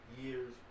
years